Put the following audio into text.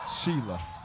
Sheila